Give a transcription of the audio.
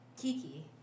Kiki